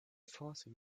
forcing